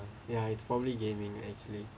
ya it's probably gaming actually